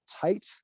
tight